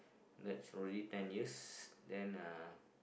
that's already ten years